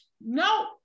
no